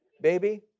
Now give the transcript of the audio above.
baby